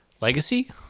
Legacy